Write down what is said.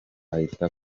ahita